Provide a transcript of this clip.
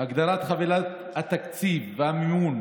הגדלת חבילת התקציב והמימון